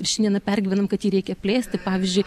šiandieną pergyvenam kad jį reikia plėsti pavyzdžiui